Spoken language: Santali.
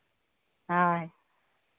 ᱦᱳᱭ